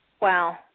Wow